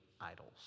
idols